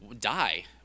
die